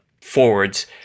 forwards